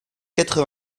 quatre